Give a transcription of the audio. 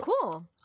Cool